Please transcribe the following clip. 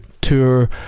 tour